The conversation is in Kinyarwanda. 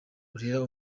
urera